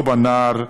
לא בנער,